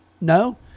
no